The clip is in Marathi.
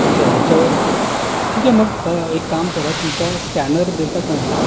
अच्छा याच्यावर ठीक आहे मग एक काम करा तुमचा स्कॅनर देता का मला